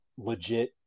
Legit